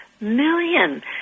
million